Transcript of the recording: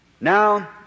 Now